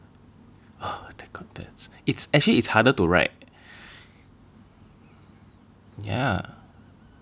the contents it's actually it's harder to write yeah